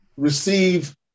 Receive